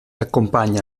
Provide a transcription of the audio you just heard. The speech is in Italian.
accompagna